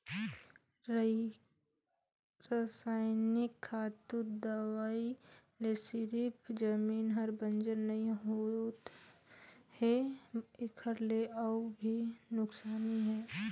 रसइनिक खातू, दवई ले सिरिफ जमीन हर बंजर नइ होवत है एखर ले अउ भी नुकसानी हे